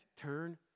turn